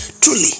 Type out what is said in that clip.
Truly